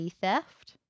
theft